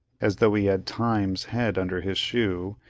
as though he had time's head under his shoe,